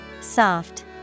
Soft